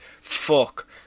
fuck